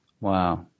Wow